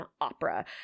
opera